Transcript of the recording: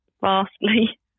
vastly